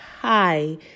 hi